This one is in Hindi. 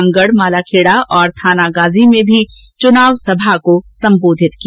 उन्होंने रामगढ मालाखेड़ा और थानागाजी में भी चुनावी सभा को सम्बोधित किया